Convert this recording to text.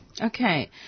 Okay